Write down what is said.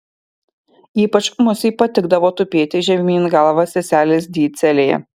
ypač musei patikdavo tupėti žemyn galva seselės di celėje